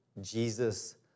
Jesus